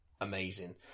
amazing